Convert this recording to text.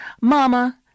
Mama